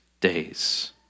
days